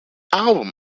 album